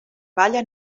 palla